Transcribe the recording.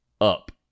up